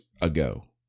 ago